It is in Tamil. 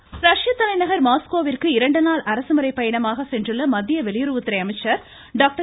ஜெய்சங்கர் ரஷ்ய தலைநகர் மாஸ்கோவிற்கு இரண்டு நாள் அரசுமுறை பயணமாக சென்றுள்ள மத்திய வெளியுறவுத்துறை அமைச்சர் டாக்டர்